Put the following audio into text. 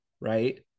right